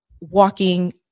walking